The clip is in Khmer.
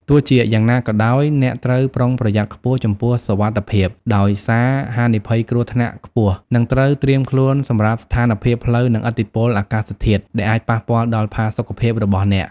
ទោះជាយ៉ាងណាក៏ដោយ អ្នកត្រូវ ប្រុងប្រយ័ត្នខ្ពស់ចំពោះសុវត្ថិភាព ដោយសារហានិភ័យគ្រោះថ្នាក់ខ្ពស់ និងត្រូវ ត្រៀមខ្លួនសម្រាប់ស្ថានភាពផ្លូវ និងឥទ្ធិពលអាកាសធាតុ ដែលអាចប៉ះពាល់ដល់ផាសុកភាពរបស់អ្នក។